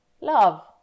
love